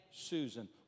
Susan